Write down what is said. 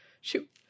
Shoot